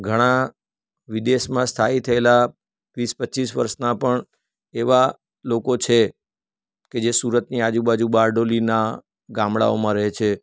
ઘણા વિદેશમાં સ્થાયી થયેલા વીસ પચીસ વર્ષના પણ એવા લોકો છે કે જે સુરતની આજુબાજુ બારડોલીનાં ગામડાઓમાં રહે છે